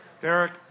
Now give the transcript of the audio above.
Derek